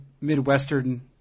midwestern